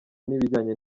n’ibijyanye